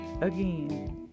again